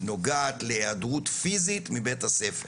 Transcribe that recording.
נוגעת להיעדרות פיזית מבית-הספר.